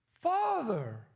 Father